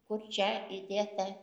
kur čia įdėta